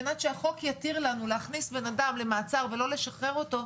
על מנת שהחוק יתיר לנו להכניס בן אדם למעצר ולא לשחרר אותו,